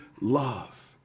love